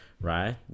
right